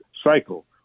cycle